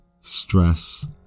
stress